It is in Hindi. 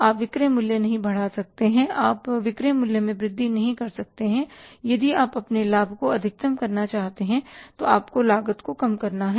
आप विक्रय मूल्य नहीं बढ़ा सकते आप विक्रय मूल्य में वृद्धि नहीं कर सकते यदि आप अपने लाभ को अधिकतम करना चाहते हैं तो आपको लागत को कम करना हैं